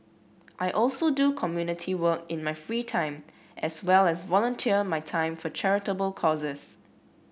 I also do community work in my free time as well as volunteer my time for charitable causes